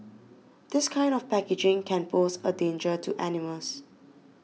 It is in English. this kind of packaging can pose a danger to animals